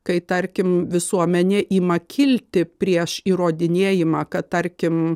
kai tarkim visuomenė ima kilti prieš įrodinėjimą kad tarkim